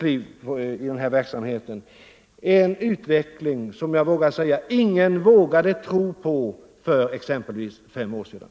Och det är en utveckling som ingen vågade tro på för exempelvis fem år sedan.